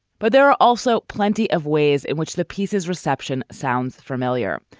but there are also plenty of ways in which the pieces reception sounds familiar.